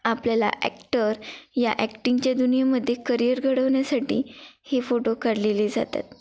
आपल्याला ॲक्टर या ॲक्टिंगच्या दुनियामध्ये करियर घडवण्यासाठी हे फोटो काढले जातात